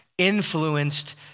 influenced